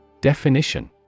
Definition